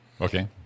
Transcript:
Okay